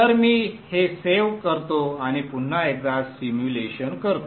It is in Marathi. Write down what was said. तर मी हे सेव्ह करतो आणि पुन्हा एकदा सिम्युलेशन करतो